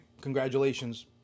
congratulations